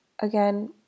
again